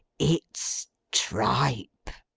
it's tripe